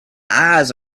eyes